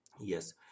Yes